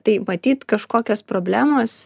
tai matyt kažkokios problemos